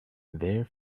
their